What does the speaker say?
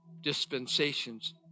dispensations